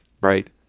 right